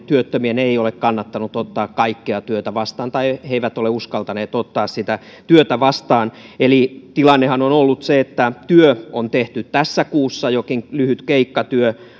työttömien ei ole kannattanut ottaa kaikkea työtä vastaan tai he eivät ole uskaltaneet ottaa työtä vastaan tilannehan on ollut ollut se että työ on tehty tässä kuussa jokin lyhyt keikkatyö